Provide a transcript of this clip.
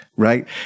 Right